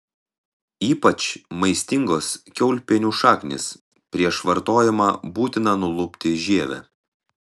ypač maistingos kiaulpienių šaknys prieš vartojimą būtina nulupti žievę